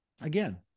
again